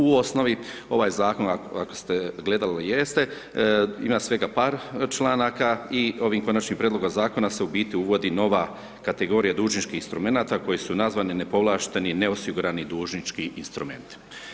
U osnovi, ovaj Zakon, ako ste, gledali jeste, ima svega par članaka, i ovim Konačnim prijedlogom Zakona se u biti uvodi nova kategorija dužničkih instrumenata koji su nazvani nepovlašteni neosigurani dužnički instrumenti.